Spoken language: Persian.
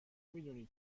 میدونی